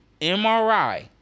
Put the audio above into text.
MRI